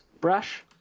brush